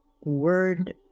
word